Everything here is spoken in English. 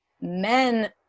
men